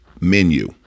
menu